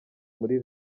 muri